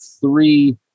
Three